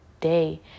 day